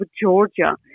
Georgia